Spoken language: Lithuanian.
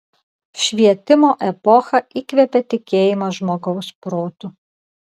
švietimo epocha įkvėpė tikėjimą žmogaus protu